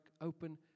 open